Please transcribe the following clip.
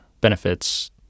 benefits